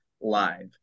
live